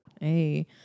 Hey